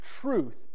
truth